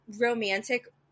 romantic